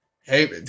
Hey